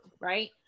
right